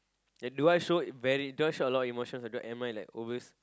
and do I show very do I show a lot emotions or do I am I like always